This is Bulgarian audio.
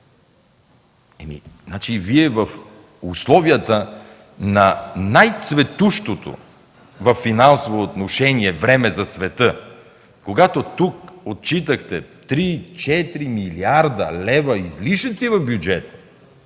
отляво.) Вие в условията на най-цветущото във финансово отношение време за света, когато тук отчитахте 3-4 млрд. лв. излишъци в бюджета,